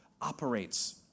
operates